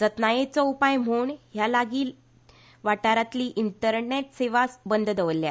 जतनायेचो उपाय म्हूण ह्या आनी लागीचया वाठारांतली इंटरनॅट सेवा बंद दवरल्या